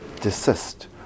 desist